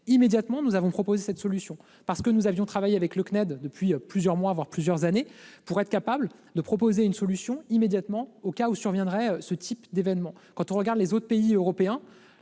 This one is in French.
généralisé. Nous avons pu proposer cette solution parce que nous avions travaillé avec le CNED depuis plusieurs mois, voire plusieurs années, pour être capables de réagir immédiatement au cas où surviendrait ce type d'événement. La plupart des autres pays européens